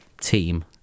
team